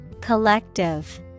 Collective